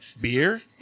beer